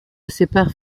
séparent